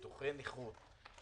ביטוחי נכות,